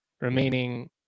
remaining